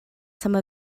some